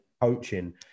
coaching